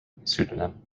pseudonym